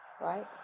right